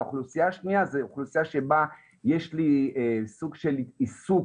האוכלוסייה השנייה זו אוכלוסייה שבה יש לי סוג של עיסוק